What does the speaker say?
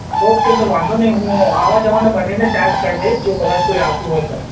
okay તો વાંધો નહીં હું આવવા જવાનો બંનેનો ચાર્જ કરી દઈશ જો કદાચ કોઈ આવતું હોય તો